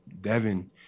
Devin